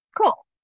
Cool